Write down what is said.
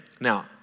now